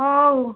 ହଉ